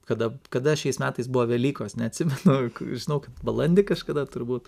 kada kada šiais metais buvo velykos neatsimenu žinau kad balandį kažkada turbūt